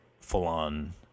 full-on